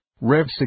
Rev